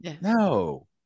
No